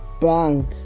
bank